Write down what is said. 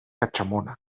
catxamona